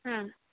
ம்